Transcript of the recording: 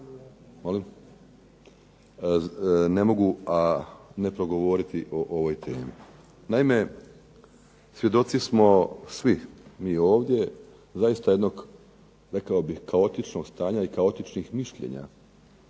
ne mogu a ne progovoriti o ovoj temi. Naime svjedoci smo svi mi ovdje zaista jednog rekao bih kaotičnog stanja i kaotičnih mišljenja